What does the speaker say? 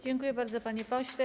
Dziękuję bardzo, panie pośle.